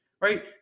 right